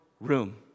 room